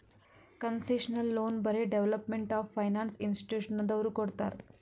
concessional loan ಬರೇ development of finance ಇನ್ಸ್ಟಿಟ್ಯೂಷನದವ್ರು ಕೊಡ್ತಾರ್